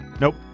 nope